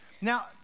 Now